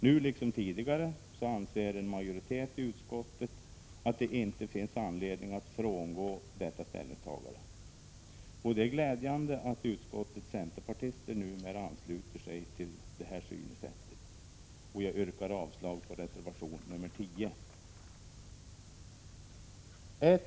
Nu liksom tidigare anser utskottsmajoriteten att det inte finns anledning att frångå detta ställningstagande. Det är glädjande att utskottets centerpartister numera ansluter sig till detta synsätt. Jag yrkar avslag på reservation nr 10.